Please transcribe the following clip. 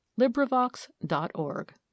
LibriVox.org